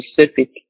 specific